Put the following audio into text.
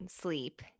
sleep